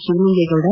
Shivalingegowda